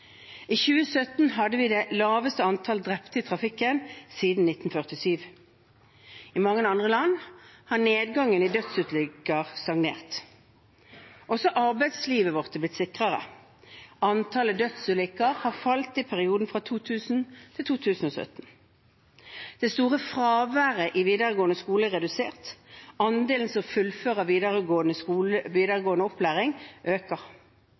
I 2017 hadde vi det laveste antall drepte i trafikken siden 1947. I mange andre land har nedgangen i dødsulykker stagnert. Også arbeidslivet vårt har blitt sikrere. Antallet dødsulykker har falt i perioden 2000–2017. Det store fraværet i videregående skole er redusert. Andelen som fullfører videregående opplæring, øker.